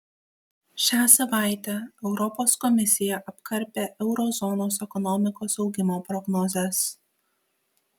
šią savaitę europos komisija apkarpė euro zonos ekonomikos augimo prognozes